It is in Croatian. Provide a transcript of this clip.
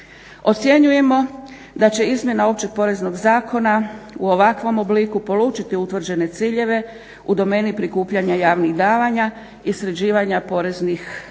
Ocjenjujemo da će izmjena Općeg poreznog zakona u ovakvom obliku polučiti utvrđene ciljeve u domeni prikupljanja javnih davanja i sređivanja poreznih